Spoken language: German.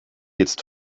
jetzt